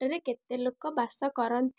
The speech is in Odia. ସୁରଟରେ କେତେ ଲୋକ ବାସ କରନ୍ତି